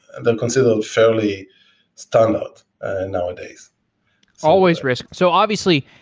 then consider a fairly standout nowadays always risk. so obviously,